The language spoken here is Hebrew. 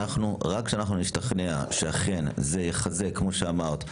רק כשאנחנו נשתכנע שאכן זה יחזק כמו שאמרת,